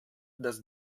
dass